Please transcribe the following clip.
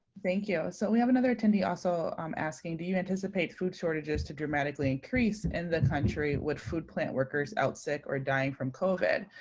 thank you. so we have another attendee also um asking, do you anticipate food shortages to dramatically increase in the country with food plant workers out sick or dying from covid?